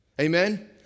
Amen